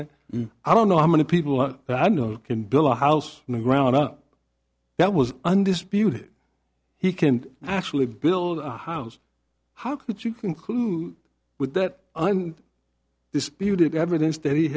that i don't know how many people i know can build a house in the ground up that was undisputed he can actually build a house how could you conclude with that and disputed evidence that he